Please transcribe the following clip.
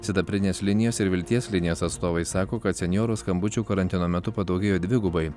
sidabrinės linijos ir vilties linijos atstovai sako kad senjorų skambučių karantino metu padaugėjo dvigubai